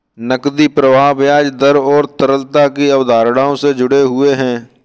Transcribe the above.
नकदी प्रवाह ब्याज दर और तरलता की अवधारणाओं से जुड़े हुए हैं